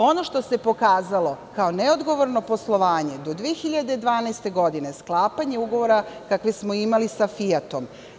Ono što se pokazalo kao neodgovorno poslovanje do 2012. godine, sklapanje ugovora kakve smo imali sa Fijatom.